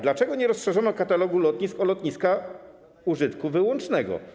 Dlaczego nie rozszerzono katalogu lotnisk o lotniska użytku wyłącznego?